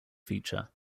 feature